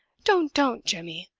don't, don't, jemmy!